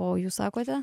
o jūs sakote